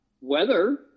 weather